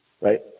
right